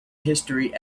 history